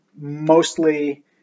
mostly